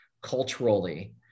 culturally